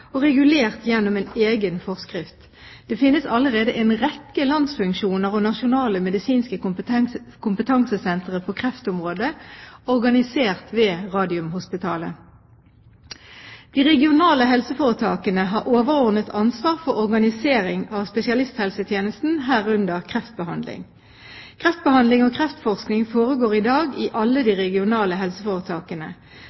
og regulert gjennom en egen forskrift. Det finnes allerede en rekke landsfunksjoner og nasjonale medisinske kompetansesentre på kreftområdet, organisert ved Radiumhospitalet. De regionale helseforetakene har overordnet ansvar for organisering av spesialisthelsetjenesten, herunder kreftbehandling. Kreftbehandling og kreftforskning foregår i dag i alle de